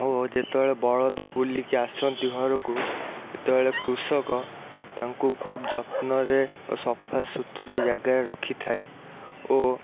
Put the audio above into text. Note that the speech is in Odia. ଓ ଯେତେବେଳେ ବଳଦ ବୁଲିକି ଆସନ୍ତି ଘରକୁ ସେତେବେଳେ କୃଷକ ତାଙ୍କୁ ଖୁବ୍ ଯତ୍ନରେ ଓ ସଫାସୁତୁରା ଜାଗାରେ ରଖିଥାଏ ଓ